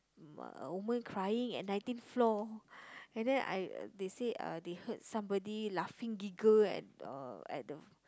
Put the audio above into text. mm a woman crying at nineteenth floor and then I they say uh they heard somebody laughing giggle at uh at the